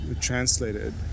translated